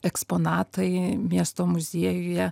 eksponatai miesto muziejuje